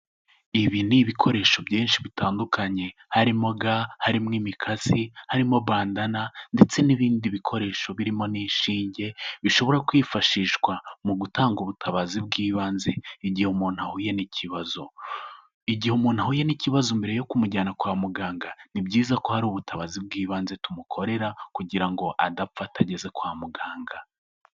Ibi ni ibikoresho byinshi bitandukanye harimo ga, harimo imikasi, harimo bandana ndetse n'ibindi bikoresho birimo n'inshinge, bishobora kwifashishwa mu gutanga ubutabazi bw'ibanze, igihe umuntu ahuye n'ikibazo. Igihe umuntu ahuye n'ikibazo mbere yo kumujyana kwa muganga, ni byiza ko hari ubutabazi bw'ibanze tumukorera kugira ngo adapfa atageze kwa muganga.